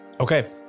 Okay